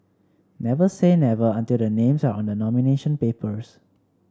never say never until the names are on the nomination papers